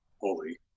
holy